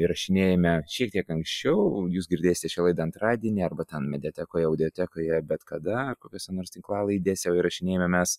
įrašinėjame šiek tiek anksčiau jūs girdėsi šią laidą antradienį arba ten mediatekoje audiotekoje bet kada kokiose nors tinklalaidėse o įrašinėjame mes